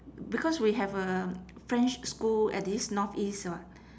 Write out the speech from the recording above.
because we have a french school at this northeast [what]